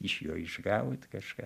iš jo išgaut kažką